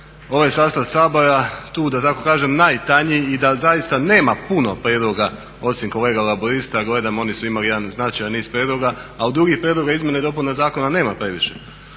ovaj sastava Sabora tu da tako kažem najtanji i da zaista nema puno prijedloga osim kolega Laburista, gledam oni su imali jedan značajan niz prijedloga, ali drugih prijedloga izmjena i dopuna zakona nema previše.